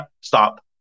stop